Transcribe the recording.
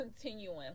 Continuing